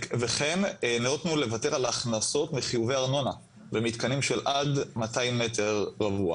וכן נאותנו לוותר על ההכנסות מחיובי ארנונה במתקנים של עד 200 מ"ר.